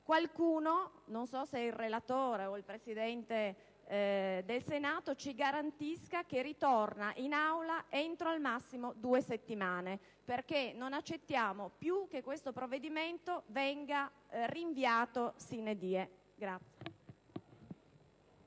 qualcuno, non so se il relatore o il Presidente del Senato, ci garantisca che il provvedimento ritorni in Aula entro al massimo due settimane, perché non accettiamo più che questo provvedimento venga rinviato *sine die*.